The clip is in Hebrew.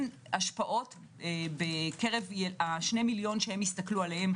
השפעות בקרב 2 המיליון שהם הסתכלו עליהם,